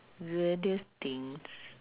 weirdest things